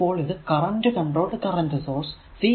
അപ്പോൾ ഇത് current controlled current source CCCS ആണ്